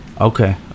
Okay